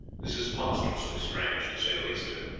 this is monstrously strange, to say the least of it.